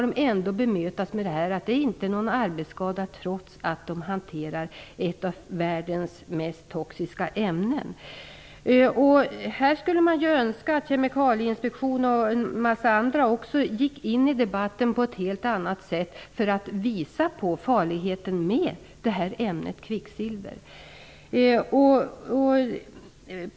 De bemöts med attityden att de inte har en arbetsskada, trots att de hanterar ett av världens mest toxiska ämnen. Man skulle önska att Kemikalieinspektionen och en mängd andra organ gick in i debatten på ett helt annat sätt för att visa på farligheten med ämnet kvicksilver.